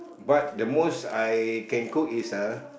but the most I can cook is uh